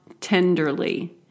tenderly